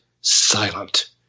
silent